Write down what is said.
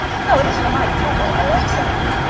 no, it isn't a mite of trouble. i like sewing.